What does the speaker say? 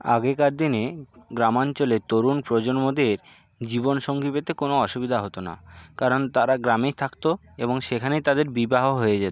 আগেকার দিনে গ্রামাঞ্চলে তরুণ প্রজন্মদের জীবন সঙ্গী পেতে কোনো অসুবিধা হতো না কারণ তারা গ্রামেই থাকতো এবং সেখানেই তাদের বিবাহ হয়ে যেতো